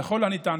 ככל הניתן,